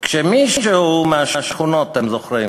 אתם זוכרים,